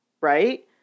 right